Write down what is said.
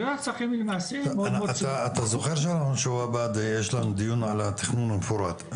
נקודת הצרכים --- אתה זוכר ששבוע הבא יש לנו דיון על התכנון המפורט,